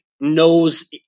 knows